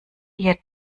ihr